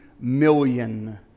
million